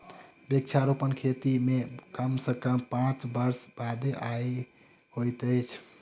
वृक्षारोपण खेती मे कम सॅ कम पांच वर्ष बादे आय होइत अछि